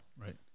Right